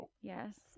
Yes